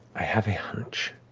i have a hunch